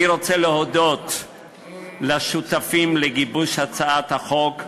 אני רוצה להודות לשותפים לגיבוש הצעת החוק,